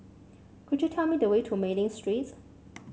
could you tell me the way to Mei Ling Streets